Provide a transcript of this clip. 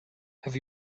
have